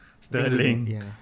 Sterling